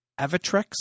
Avatrex